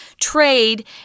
trade